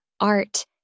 art